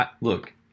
Look